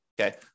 Okay